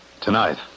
Tonight